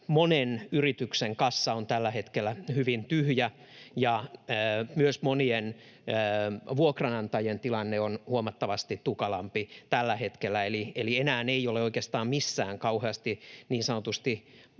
monen yrityksen kassa on tällä hetkellä hyvin tyhjä ja myös monien vuokranantajien tilanne on huomattavasti tukalampi tällä hetkellä. Eli enää ei ole oikeastaan missään kauheasti niin sanotusti